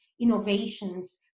innovations